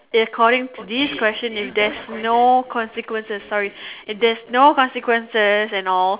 they are calling this question is there's no consequences sorry if there's no consequences and all